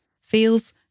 feels